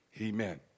Amen